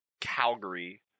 Calgary